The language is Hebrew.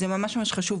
זה ממש ממש חשוב.